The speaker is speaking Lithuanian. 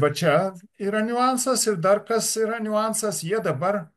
va čia yra niuansas ir dar kas yra niuansas jie dabar